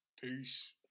Peace